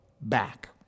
back